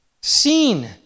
seen